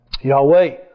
Yahweh